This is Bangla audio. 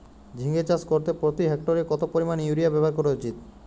ঝিঙে চাষ করতে প্রতি হেক্টরে কত পরিমান ইউরিয়া ব্যবহার করা উচিৎ?